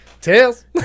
Tails